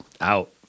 out